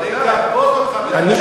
ולגבות אותך, אדוני ראש הממשלה.